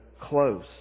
close